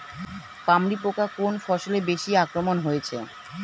পামরি পোকা কোন ফসলে বেশি আক্রমণ হয়েছে?